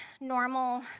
normal